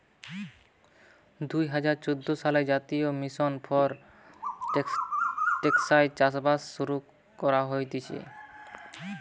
দুই হাজার চোদ্দ সালে জাতীয় মিশন ফর টেকসই চাষবাস শুরু করা হতিছে